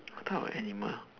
what type of animal